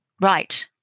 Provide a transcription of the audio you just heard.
Right